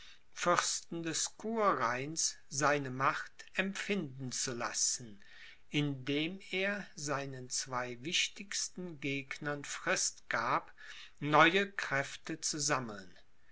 fürsten des kurrheins seine macht empfinden zu lassen indem er seinen zwei wichtigsten gegnern frist gab neue kräfte zu sammeln